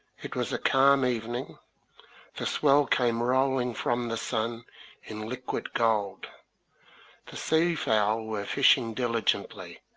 it was a calm evening the swell came rolling from the sun in liquid gold the sea-fowl were fishing diligently,